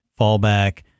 fallback